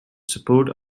support